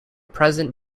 present